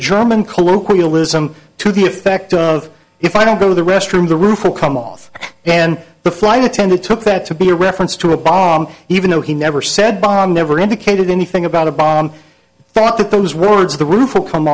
german colloquialism to the effect of if i don't go to the restroom the roof will come off then the flight attendant took that to be a reference to a bomb even though he never said bomb never indicated anything about a bomb thought that those words the roof would come